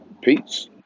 Peace